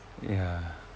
ya